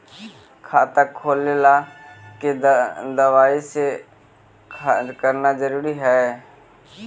खाता खोले ला के दवाई सी करना जरूरी है?